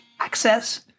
Access